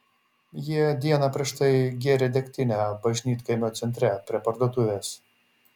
jie dieną prieš tai gėrė degtinę bažnytkaimio centre prie parduotuvės